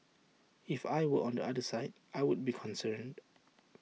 if I were on the other side I would be concerned